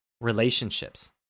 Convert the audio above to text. relationships